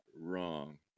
wrong